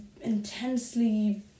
intensely